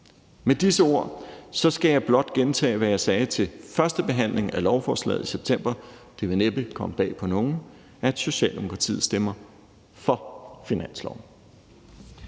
Med disse ord skal jeg blot gentage, hvad jeg sagde ved førstebehandlingen af lovforslaget i september – og som næppe vil komme bag på nogen – nemlig at Socialdemokratiet stemmer for finanslovsforslaget.